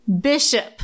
bishop